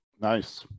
Nice